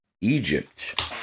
Egypt